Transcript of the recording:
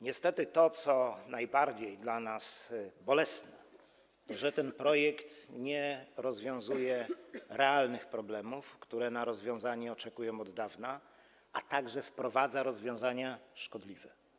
Niestety to, co najbardziej dla nas bolesne, to to, że ten projekt nie rozwiązuje realnych problemów, które na rozwiązanie oczekują od dawna, a także wprowadza rozwiązania szkodliwe.